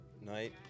night